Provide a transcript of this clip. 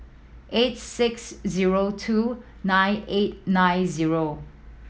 eight six zero two nine eight nine zero